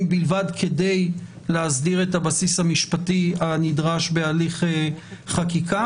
בלבד כדי להסדיר את הבסיס המשפטי הנדרש בהליך חקיקה,